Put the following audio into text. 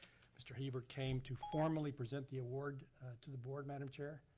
mr. hebert came to formally present the award to the board, madame chair.